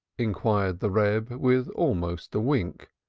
inquired the reb with almost a wink,